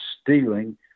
stealing